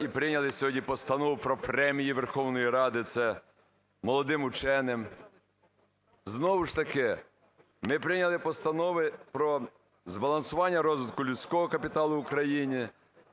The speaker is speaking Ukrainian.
і прийняли сьогодні Постанову про Премію Верховної Ради – це молодим ученим. Знову ж таки, ми прийняли постанови про збалансування розвитку людського капіталу в Україні